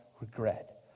regret